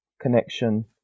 connection